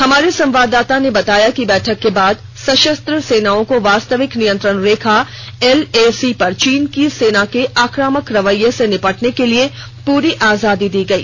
हमारे संवाददाता ने बताया कि बैठक के बाद सशस्त्र सेनाओं को वास्तविक नियंत्रण रेखा एलएसी पर चीन की सेना के आक्रामक रवैये से निपटने के लिए पूरी आजादी दी गई